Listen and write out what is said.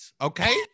Okay